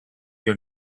your